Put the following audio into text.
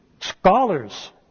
scholars